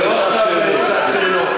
גברתי, זה לא שעת שאלות עכשיו.